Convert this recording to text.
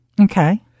Okay